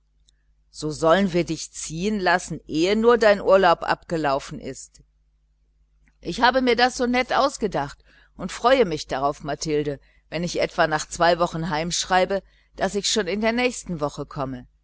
so sollen wir dich ziehen lassen ehe nur dein urlaub abgelaufen ist ich habe mir das so nett ausgedacht und freue mich darauf mathilde wenn ich etwa nach zwei wochen heimschreibe daß ich schon in der nächsten woche komme